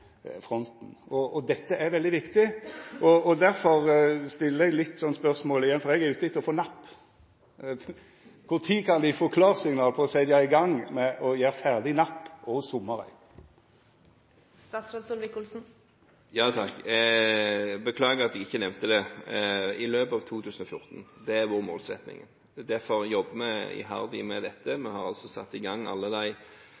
Dette er veldig viktig. Derfor stiller eg spørsmålet igjen, for eg er ute etter å få napp. Kva tid kan me få klarsignal på å setja i gang med å gjera ferdig Napp og Sommarøy? Jeg beklager at jeg ikke nevnte det – i løpet av 2014, det er vår målsetting. Derfor jobber vi iherdig med dette. Vi har altså satt i gang alle de